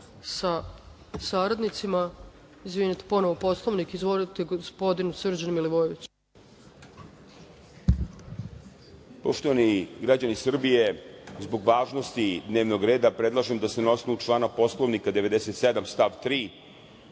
Poštovani građani Srbije, zbog važnosti dnevnog reda, predlažem da se na osnovu člana 97. Poslovnika, stav 3,